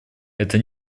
это